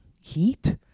heat